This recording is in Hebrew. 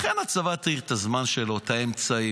לכן, הצבא צריך את הזמן שלו ואת האמצעים.